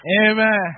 Amen